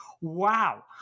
Wow